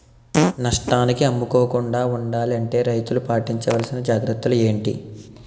నష్టానికి అమ్ముకోకుండా ఉండాలి అంటే రైతులు పాటించవలిసిన జాగ్రత్తలు ఏంటి